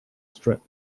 strength